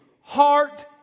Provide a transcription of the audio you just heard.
Heart